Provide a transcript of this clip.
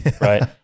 right